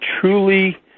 truly